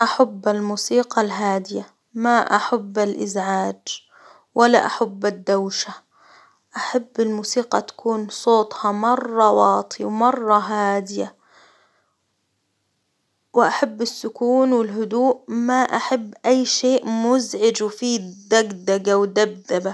أحب الموسيقى الهادية، ما أحب الإزعاج، ولا أحب الدوشة، أحب الموسيقى تكون صوتها مرة واطي ومرة هادية، وأحب السكون والهدوء ما أحب أي شيء مزعج وفيه دقدقة ودبدبة.